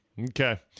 Okay